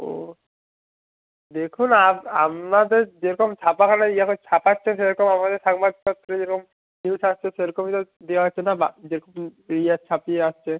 ও দেখুন আপনাদের যেরকম ছাপাখানায় যেরকম ছাপাচ্ছে সেরকম আমাদের সংবাদপত্রে যেরকম নিউজ আসছে সেরকমই তো দেওয়া হচ্ছে না বা যেরকম ইয়ে ছাপিয়ে আসছে